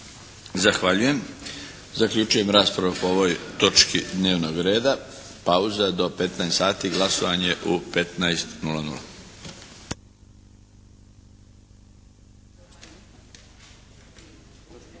Zahvaljujem. Zaključujem raspravu po ovoj točki dnevnog reda. Pauza do 15,00 sati. Glasovanje u 15,00.